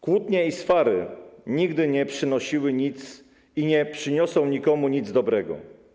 Kłótnie i swary nigdy nie przynosiły i nie przyniosą nikomu nic dobrego.